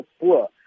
poor